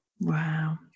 Wow